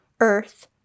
earth